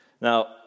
Now